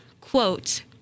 quote